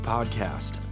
Podcast